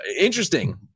interesting